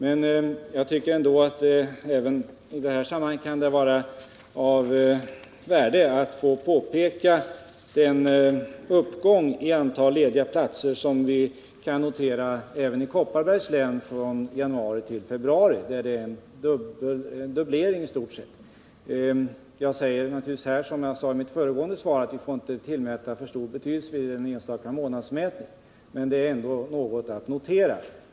Men jag tycker ändå att det även i detta sammanhang kan vara av värde att peka på den uppgång i antalet lediga platser som vi kan notera också i Kopparbergs län. Från januari till februari har det i stort sett skett en fördubbling. Jag säger här liksom i mitt föregående svar att vi naturligtvis inte får tillmäta en enstaka månadsmätning för stor betydelse, men den är ändå värd att notera.